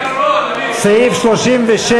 סעיף 36,